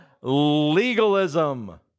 legalism